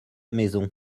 maison